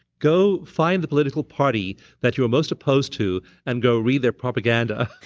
go find the political party that you're most opposed to and go read their propaganda,